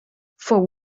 fou